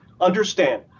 Understand